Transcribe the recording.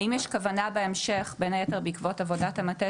האם יש כוונה בהמשך בין היתר בעקבות עבודת המטה